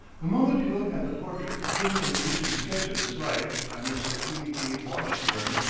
the moment you look at the portrait given in the recent sketch of his life by mr. e. b. washburne,